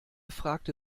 fragte